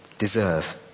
deserve